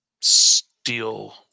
steel